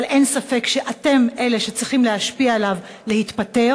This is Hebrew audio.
אבל אין ספק שאתם אלה שצריכים להשפיע עליו להתפטר,